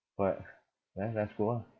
what then let's go ah